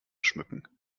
schmücken